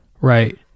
right